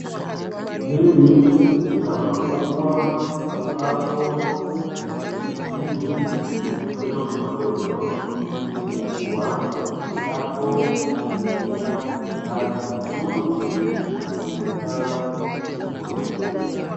Hili ni shamba kubwa ambapo mahindi madogomadogo yenye kukua yapo katika hali nzuri na yamestawi vizuri.